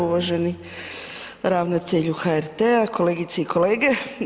Uvaženi ravnatelju HRT-a, kolegice i kolega.